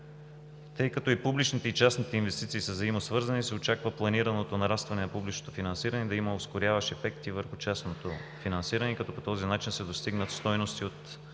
Тъй като и публичните, и частните инвестиции са взаимосвързани, се очаква планираното нарастване на публичното финансиране да има ускоряващ ефект и върху частното финансиране, като по този начин се постигнат стойности от